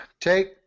Take